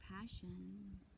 passion